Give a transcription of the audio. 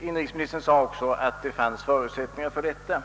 Inrikesministern sade även att det fanns förutsättningar härför.